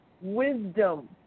wisdom